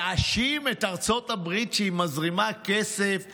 להאשים את ארצות הברית שהיא מזרימה כסף למחאות?